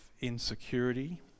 insecurity